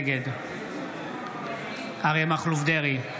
נגד אריה מכלוף דרעי,